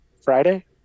Friday